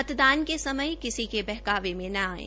मतदान के समय किसी के बहकावे में न आये